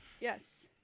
Yes